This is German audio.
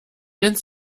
ins